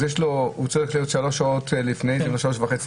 הוא צריך להיות שלוש וחצי שעות לפני בשדה,